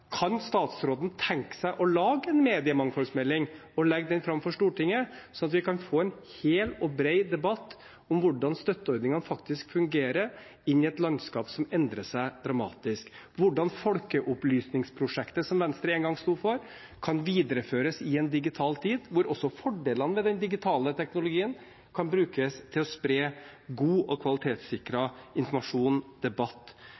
Kan statsråden tenke seg å lage en mediemangfoldsmelding og legge den fram for Stortinget, sånn at vi kan få en hel og bred debatt om hvordan støtteordningene faktisk fungerer i et landskap som endrer seg dramatisk; hvordan folkeopplysningsprosjektet som Venstre en gang sto for, kan videreføres i en digital tid – hvor også fordelene ved den digitale teknologien kan brukes til å spre god og kvalitetssikret informasjon, debatt,